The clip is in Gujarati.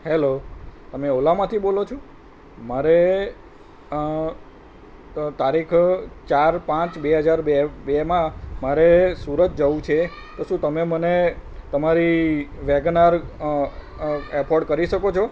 હેલો તમે ઓલામાંથી બોલો છો મારે તારીખ ચાર પાંચ બે હજાર બે બેમાં મારે સુરત જવું છે તો શું તમે મને તમારી વેગન આર એફોર્ડ કરી શકો છો